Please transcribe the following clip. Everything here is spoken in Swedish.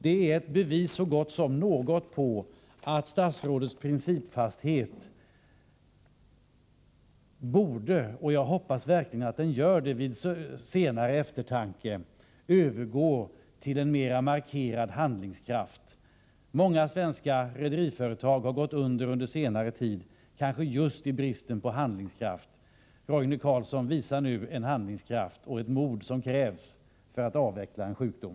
Detta är ett bevis så gott som något på att statsrådets principfasthet borde — och jag hoppas verkligen att så sker vid senare eftertanke — omsättas i en mer uttalad handlingskraft. Många svenska rederiföretag har gått under under senare tid, kanske just till följd av brist på handlingskraft. Roine Carlsson, visa nu den handlingskraft och det mod som krävs för att avveckla en sjukdom!